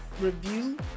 review